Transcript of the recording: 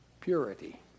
purity